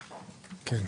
ו-15ג(ב)"".